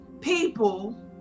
people